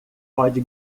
pode